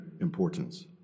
importance